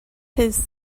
his